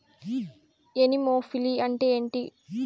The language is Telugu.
ఎనిమోఫిలి అంటే ఏంటి?